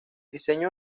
diseño